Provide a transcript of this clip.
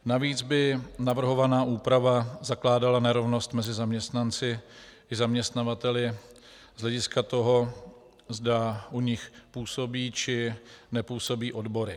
Navíc by navrhovaná úprava zakládala nerovnost mezi zaměstnanci i zaměstnavateli z hlediska toho, zda u nich působí, či nepůsobí odbory.